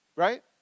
Right